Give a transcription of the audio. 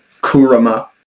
Kurama